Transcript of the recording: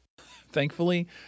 Thankfully